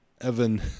Evan